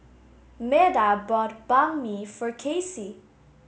Meda bought Banh Mi for Kaycee